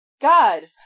God